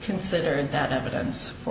considered that evidence for